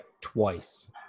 twice